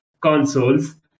consoles